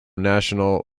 national